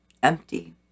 empty